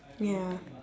ya